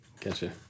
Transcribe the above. Gotcha